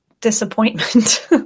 disappointment